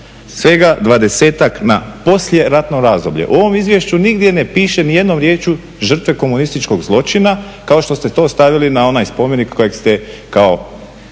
svega 20-ak na poslijeratno razdoblje. U ovom izvješću nigdje ne piše ni jednom riječju žrtve komunističkog zločina, kao što ste to stavili na onaj spomenik kojeg ste kao